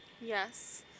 Yes